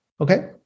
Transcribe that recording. Okay